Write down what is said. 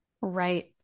Right